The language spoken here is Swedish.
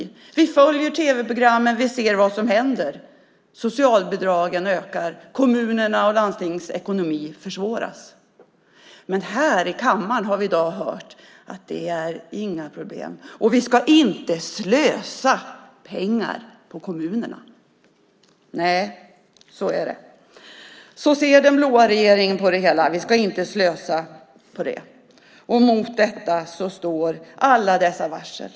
Men vi följer tv-programmen. Vi ser vad som händer. Socialbidragen ökar. Kommunernas och landstingens ekonomi försvåras. Men här i kammaren har vi i dag hört att det inte är några problem, och vi ska inte slösa pengar på kommunerna. Så är det, och så ser den blå regeringen på det hela - vi ska inte slösa med det. Mot detta står alla dessa varsel.